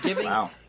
Wow